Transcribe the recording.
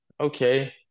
okay